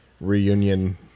reunion